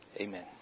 Amen